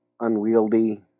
unwieldy